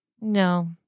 No